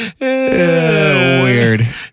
weird